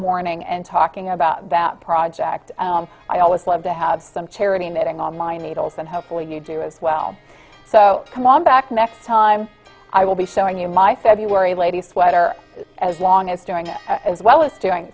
morning and talking about that project i always love to have some charity knitting on line needles and hopefully you do as well so come on back next time i will be showing you my february lady sweater as long as doing it as well as doing